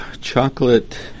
chocolate